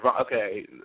okay